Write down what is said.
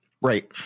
Right